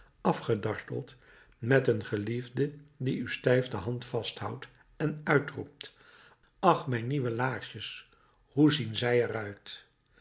afgedarteld met een geliefde die u stijf de hand vasthoudt en uitroept ach mijn nieuwe laarsjes hoe zien zij er